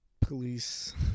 police